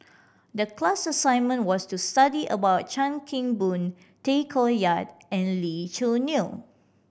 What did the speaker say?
the class assignment was to study about Chan Kim Boon Tay Koh Yat and Lee Choo Neo